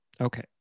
Okay